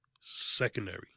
Secondary